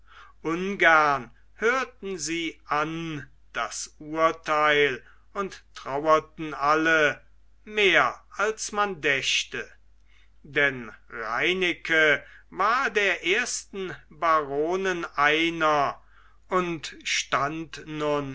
ungern hörten sie an das urteil und trauerten alle mehr als man dächte denn reineke war der ersten baronen einer und stand